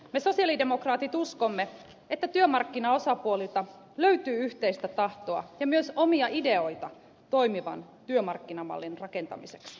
me sosialidemokraatit uskomme että työmarkkinaosapuolilta löytyy yhteistä tahtoa ja myös omia ideoita toimivan työmarkkinamallin rakentamiseksi